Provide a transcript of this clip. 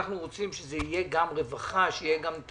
אנחנו רוצים שזה יהיה גם רווחה ונושאים